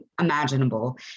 imaginable